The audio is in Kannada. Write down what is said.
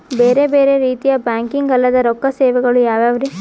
ಬೇರೆ ಬೇರೆ ರೀತಿಯ ಬ್ಯಾಂಕಿಂಗ್ ಅಲ್ಲದ ರೊಕ್ಕ ಸೇವೆಗಳು ಯಾವ್ಯಾವ್ರಿ?